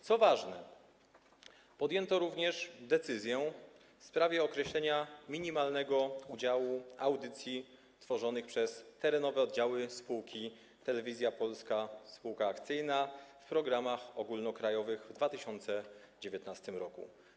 Co ważne, podjęto również decyzję w sprawie określenia minimalnego udziału audycji tworzonych przez terenowe oddziały spółki Telewizja Polska Spółka Akcyjna w programach ogólnokrajowych w 2019 r.